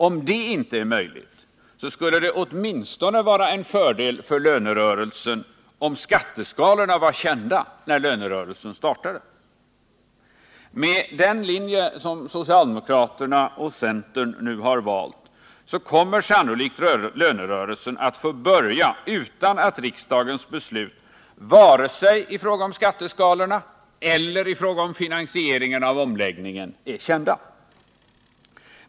Om det inte är möjligt så skulle det åtminstone vara en fördel för lönerörelsen om skatteskalorna var kända när lönerörelsen startade. Med den linje som socialdemokraterna och centern nu har har valt så kommer sannolikt lönerörelsen att få börja utan att riksdagens beslut vare sig i fråga om skatteskalorna eller i fråga om finansieringen är kända.